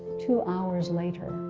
two hours later,